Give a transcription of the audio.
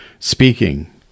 speaking